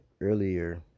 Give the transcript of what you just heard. earlier